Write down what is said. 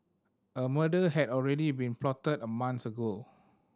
a murder had already been plotted a month ago